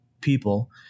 people